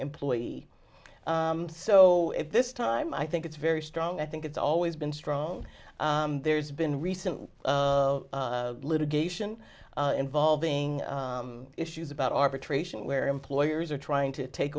employee so if this time i think it's very strong i think it's always been strong there's been recent litigation involving issues about arbitration where employers are trying to take